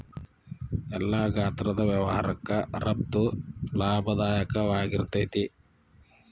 ಎಲ್ಲಾ ಗಾತ್ರದ್ ವ್ಯವಹಾರಕ್ಕ ರಫ್ತು ಲಾಭದಾಯಕವಾಗಿರ್ತೇತಿ